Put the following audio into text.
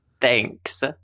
thanks